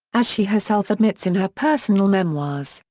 as she herself admits in her personal memoirs,